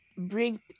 bring